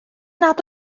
nad